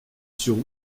sur